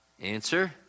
Answer